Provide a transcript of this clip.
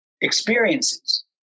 experiences